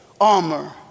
armor